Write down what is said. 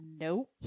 nope